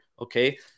okay